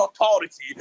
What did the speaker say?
authority